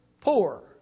poor